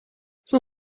son